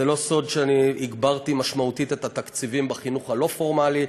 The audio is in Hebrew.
זה לא סוד שאני הגברתי משמעותית את התקציבים בחינוך הלא-פורמלי,